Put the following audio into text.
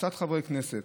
קבוצת חברי כנסת,